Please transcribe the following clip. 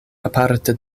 aparte